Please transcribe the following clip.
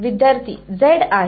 विद्यार्थीः z आहे